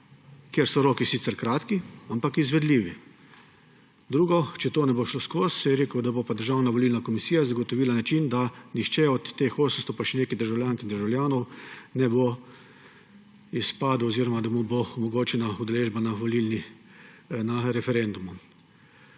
kjer so roki sicer kratki, ampak izvedljivi. Drugo, če to ne bo šlo skozi, je rekel, da bo Državna volilna komisija zagotovila način, da nihče od teh 800 pa še nekaj državljank in državljanov ne bo izpadel oziroma da mu bo omogočena udeležba na referendumu.